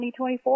2024